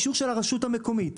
אישור של הרשות המקומית.